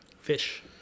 Fish